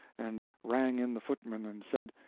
and rang in the footman, and said,